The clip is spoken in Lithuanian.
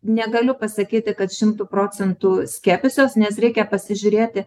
negaliu pasakyti kad šimtu procentų skiepysiuos nes reikia pasižiūrėti